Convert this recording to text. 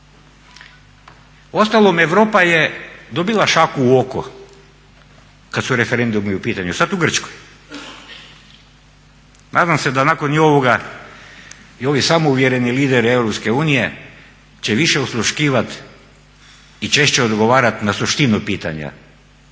Uostalom Europa je dobila šaku u oko kada su referendumi u pitanju sada u Grčkoj. Nadam se da nakon i ovoga i ovi samouvjereni lideri Europske unije će više osluškivati i češće odgovarati na suštinu pitanja.